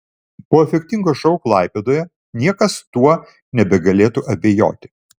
po efektingo šou klaipėdoje niekas tuo nebegalėtų abejoti